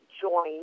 join